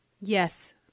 yes